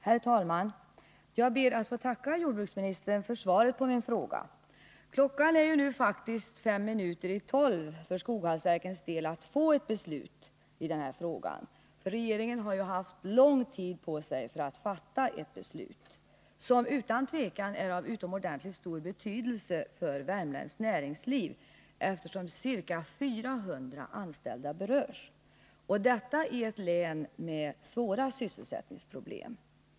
Herr talman! Jag ber att få tacka jordbruksministern för svaret på min fråga. Klockan är faktiskt fem minuter i tolv för Skoghallsverkens del när det gäller att få ett besked i den här frågan. Regeringen har haft lång tid på sig för att fatta ett beslut i frågan, som utan tvivel är av utomordentlig betydelse för värmländskt näringsliv, eftersom ca 400 anställda berörs, och detta i ett län med svåra sysselsättningsproblem.